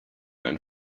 ein